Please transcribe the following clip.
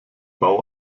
bau